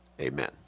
amen